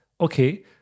okay